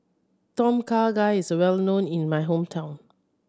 Tom Kha Gai is well known in my hometown